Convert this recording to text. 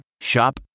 Shop